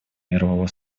мирового